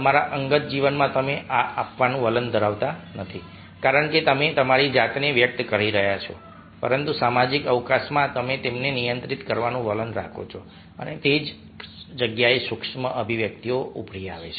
તમારા અંગત જીવનમાં તમે તે આપવાનું વલણ ધરાવતા નથી કારણ કે તમે તમારી જાતને વ્યક્ત કરી રહ્યા છો પરંતુ સામાજિક અવકાશમાં તમે તેમને નિયંત્રિત કરવાનું વલણ રાખો છો અને તે જ જગ્યાએ સૂક્ષ્મ અભિવ્યક્તિઓ ઉભરી આવે છે